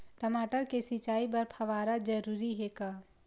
टमाटर के सिंचाई बर फव्वारा जरूरी हे का?